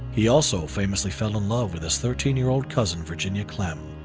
he also famously fell in love with this thirteen year old cousin, virginia clemm,